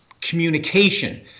communication